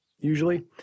usually